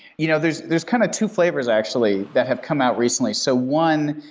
you know there's there's kind of two flavors actually that have come out recently. so one,